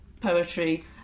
poetry